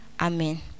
Amen